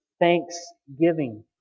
thanksgiving